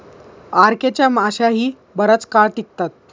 RK च्या माश्याही बराच काळ टिकतात